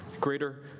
Greater